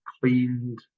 cleaned